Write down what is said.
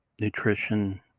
nutrition